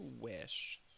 wish